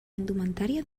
indumentària